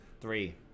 Three